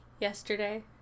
yesterday